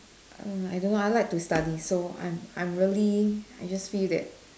err I don't know I like to study so I'm I'm really I just feel that